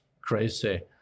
crazy